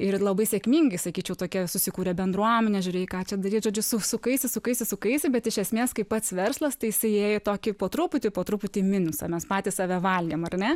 ir labai sėkmingai sakyčiau tokia susikūrė bendruomenė žiūrėjai ką čia daryt žodžiu su sukaisi sukaisi sukaisi bet iš esmės kaip pats verslas tai jisai ėjo į tokį po truputį po truputį minusą mes patys save valgėm ar ne